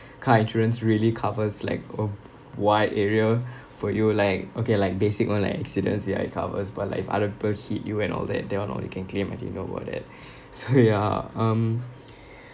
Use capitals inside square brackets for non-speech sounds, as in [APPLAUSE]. car insurance really covers like um wide area for you like okay like basic [one] like accidents ya it covers but like if other people hit you and all that that [one] all you can claim I didn't know about that [BREATH] so [LAUGHS] ya um [NOISE]